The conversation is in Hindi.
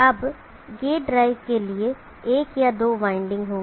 अब गेट ड्राइव के लिए एक या दो वाइंडिंग होंगे